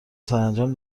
سرانجام